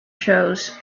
shows